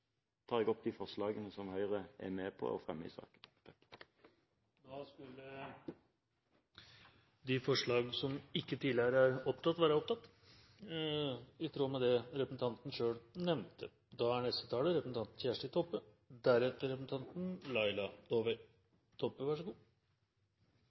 tar opp de forslagene som Høyre er med på å fremme i saken. Da skulle de forslag som ikke tidligere er tatt opp, være tatt opp, i tråd med det representanten selv nevnte. Eg er